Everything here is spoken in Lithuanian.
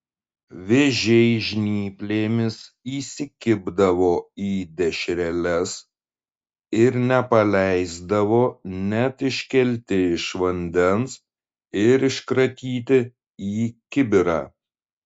vėžiai žnyplėmis įsikibdavo į dešreles ir nepaleisdavo net iškelti iš vandens ir iškratyti į kibirą